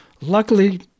Luckily